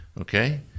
okay